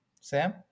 Sam